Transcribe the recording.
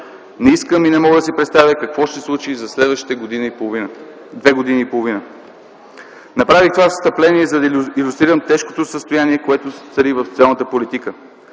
не искам и не мога да си представя какво ще се случи за следващите две години и половина. Направих това встъпление, за да илюстрирам тежкото състояние, което цари в социалната политика.